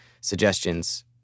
suggestions